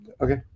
Okay